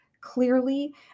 clearly